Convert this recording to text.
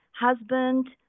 husband